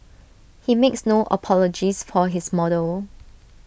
he makes no apologies for his model